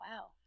Wow